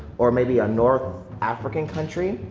or maybe a north african country?